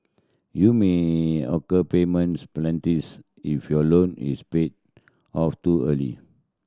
you may occur payments if your loan is paid off too early